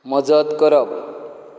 मजत करप